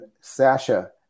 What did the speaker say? Sasha